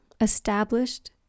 established